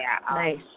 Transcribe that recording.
Nice